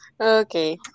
Okay